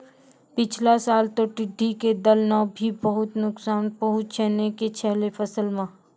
पिछला साल तॅ टिड्ढी के दल नॅ भी बहुत नुकसान पहुँचैने छेलै फसल मॅ